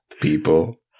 people